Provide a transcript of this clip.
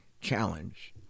challenge